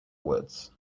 woods